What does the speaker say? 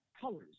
colors